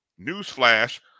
newsflash